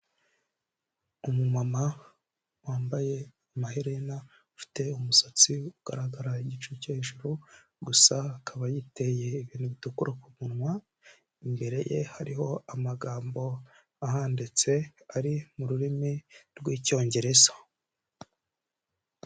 Umumama wambaye amaherena, ufite umusatsi ugaragara igice cyo hejuru gusa akaba yiteye ibintu bitukura ku munwa, imbere ye hariho amagambo ahanditse ari mu rurimi rw'icyongereza.